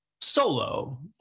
solo